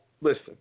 listen